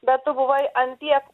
bet tu buvai ant tiek